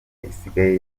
isigaye